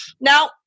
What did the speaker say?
Now